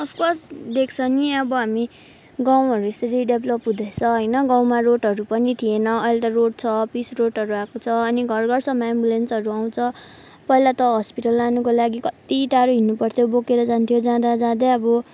of course देख्छ नि अब हामी गाउँहरू यसरी डेभलप हुँदैछ होइन गाउँमा रोडहरू पनि थिएन अहिले त रोड छ पिच रोडहरू आएको छ अनि घर घरसम्म एम्बुलेन्सहरू आउँछ पहिला त हस्पिटल लानुको लागि कत्ति टाढो हिँड्नु पर्थ्यो बोकेर जान्थ्यो जाँदा जाँदै अब